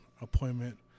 appointment